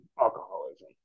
alcoholism